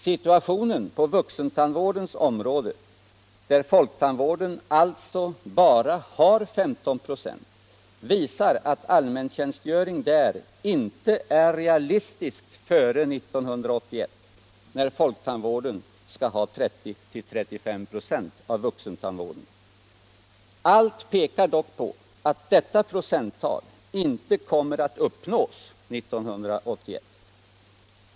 Situationen på vuxentandvårdens område — folktandvården har alltså bara 15 96 av vuxentandvården — visar att allmäntjänstgöring där inte är realistisk före 1981, när folktandvården skall ha 30-35 96 av vuxentandvården. Allt pekar dock på att detta procenttal inte kommer att uppnås 1981.